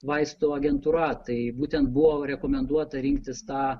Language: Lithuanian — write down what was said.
vaistų agentūra tai būtent buvo rekomenduota rinktis tą